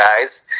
guys